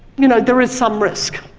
you know, there is some risk.